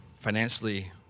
financially